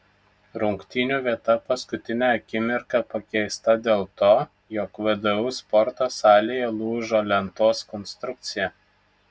rungtynių vieta paskutinę akimirką pakeista dėl to jog vdu sporto salėje lūžo lentos konstrukcija